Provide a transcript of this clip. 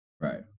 Right